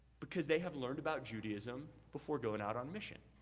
because they have learned about judaism before going out on mission.